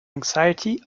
anxiety